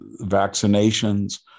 vaccinations